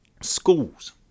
Schools